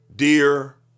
Dear